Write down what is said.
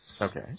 Okay